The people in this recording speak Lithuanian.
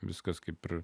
viskas kaip